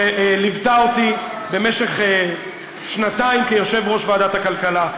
שליוותה אותי במשך שנתיים כיושב-ראש ועדת הכלכלה,